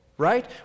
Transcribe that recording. right